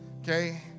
Okay